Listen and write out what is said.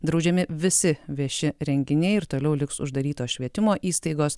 draudžiami visi vieši renginiai ir toliau liks uždarytos švietimo įstaigos